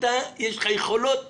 יש לך יכולות